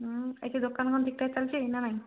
ହଁ ଏଠି ଦୋକାନ କ'ଣ ଠିକ୍ ଠାକ୍ ଚାଲିଛି ନା ନାଇ